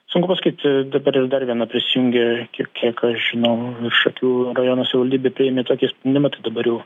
sunku pasakyt dabar ir dar viena prisijungė kiek kiek aš žinau šakių rajono savivaldybė priėmė tokį sprendimą tai dabar jau